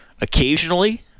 occasionally